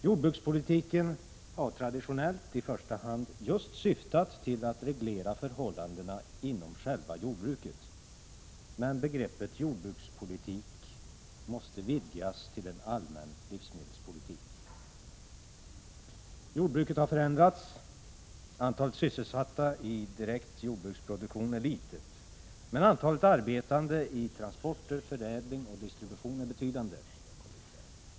Jordbrukspolitiken har traditionellt i första hand just syftat till att reglera förhållandena inom själva jordbruket, men begreppet jordbrukspolitik måste vidgas till en allmän livsmedelspolitik. Jordbruket har förändrats, antalet sysselsatta i direkt jordbruksproduktion är litet. Men antalet arbetande i transporter, förädling och distribution är betydande.